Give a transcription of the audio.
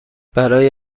برای